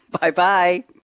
Bye-bye